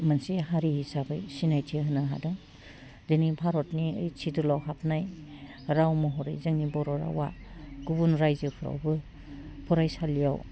मोनसे हारि हिसाबै सिनायथि होनो हादों दिनै भारतनि ओइद सिदुलाव हाबनाय राव महरै जोंनि बर' रावा गुबुन रायजोफ्रावबो फरायसालियाव